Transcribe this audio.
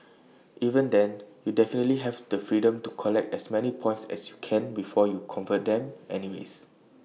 even then you definitely have the freedom to collect as many points as you can before you convert them any ways